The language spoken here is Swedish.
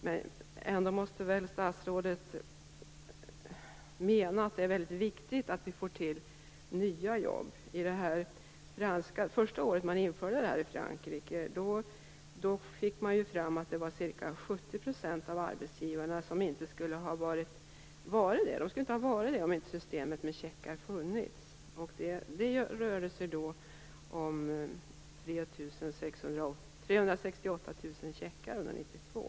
Statsrådet måste väl mena att det är väldigt viktigt att vi får till nya jobb? Under det första året efter att detta infördes i Frankrike fick man fram att ca 70 % av arbetsgivarna inte skulle ha varit arbetsgivare om inte systemet med checkar funnits. Det rörde sig då om 368 000 checkar under 1992.